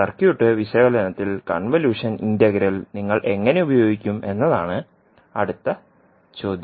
circuit വിശകലനത്തിൽ convolution integral നിങ്ങൾ എങ്ങനെ ഉപയോഗിക്കും എന്നതാണ് അടുത്ത ചോദ്യം